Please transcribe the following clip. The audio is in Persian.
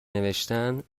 نوشتن